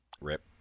rip